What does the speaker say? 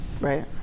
Right